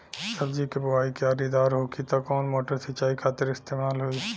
सब्जी के बोवाई क्यारी दार होखि त कवन मोटर सिंचाई खातिर इस्तेमाल होई?